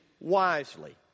wisely